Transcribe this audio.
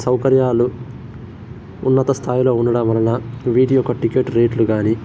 సౌకర్యాలు ఉన్నతస్థాయిలో ఉండడం వలన వీటి యొక్క టికెట్ రేట్లు గానీ